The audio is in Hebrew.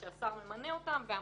או שהשר ממנה אותם והמנכ"ל,